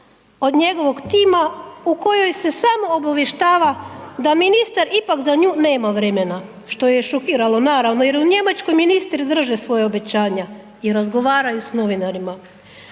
od njegovog tima u kojoj se samo obavještava da ministar ipak za nju nema vremena, što ju je šokiralo naravno jer u Njemačkoj ministri drže svoja obećanja i razgovaraju s novinarima.